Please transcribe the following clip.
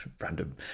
Random